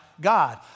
God